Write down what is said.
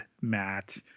Matt